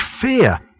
fear